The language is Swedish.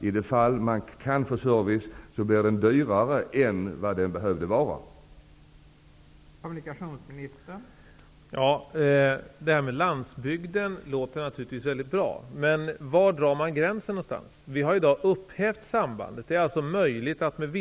I de fall då man kan få service blir den dyrare än vad den skulle behöva vara.